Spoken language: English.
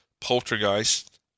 Poltergeist